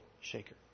shaker